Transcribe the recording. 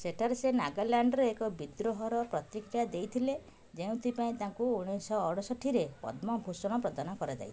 ସେଠାରେ ସେ ନାଗାଲାଣ୍ଡରେ ଏକ ବିଦ୍ରୋହର ପ୍ରତିକ୍ରିୟା ଦେଇଥିଲେ ଯେଉଁଥିପାଇଁ ତାଙ୍କୁ ଉଣେଇଶହ ଅଠଷଠିରେ ପଦ୍ମ ଭୂଷଣ ପ୍ରଦାନ କରାଯାଇଥିଲା